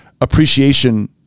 appreciation